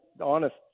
honest